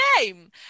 game